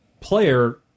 player